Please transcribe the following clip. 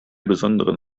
besonderen